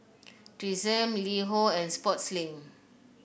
Tresemme LiHo and Sportslink